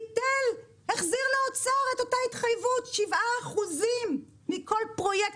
ביטל החזיר לאוצר את אותה התחייבות 7 אחוזים מכל פרויקט,